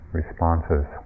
responses